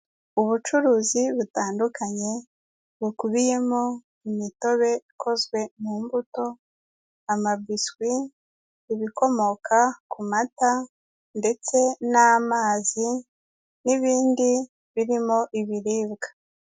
Ubucuruzi butandukanye bukubiyemo imitobe ikozwe mu mbuto, amabiswi, ibikomoka ku mata ndetse n'amazi n'ibindi birimo ibiribwa.